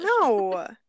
No